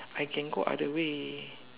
I can go other way